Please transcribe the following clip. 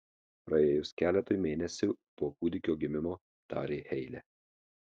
praėjus keletui mėnesių po kūdikio gimimo tarė heile